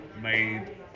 made